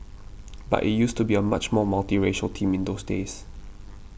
but it used to be a much more multiracial team in those days